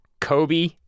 Kobe